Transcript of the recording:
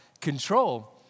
control